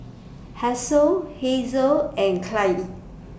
Hasel Hazle and Clydie